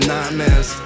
Nightmares